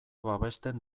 babesten